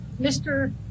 Mr